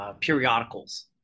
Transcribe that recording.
Periodicals